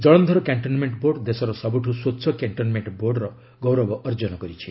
Jalandhar cantonment board ଦେଶର ସବୁଠୁ ସ୍ପଚ୍ଛ କ୍ୟାଶ୍ଚନମେଷ୍ଟ ବୋର୍ଡ ର ଗୌରବ ଅର୍ଜନ କରିଛି